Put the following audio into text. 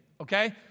Okay